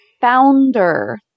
founder